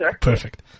Perfect